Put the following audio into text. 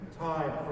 time